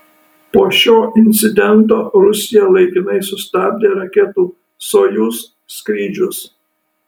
po šio incidento rusija laikinai sustabdė raketų sojuz skrydžius